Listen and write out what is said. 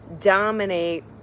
dominate